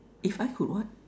if I could what